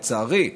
לצערי,